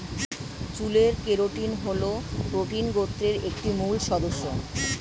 চুলের কেরাটিন হল প্রোটিন গোত্রের একটি মূল সদস্য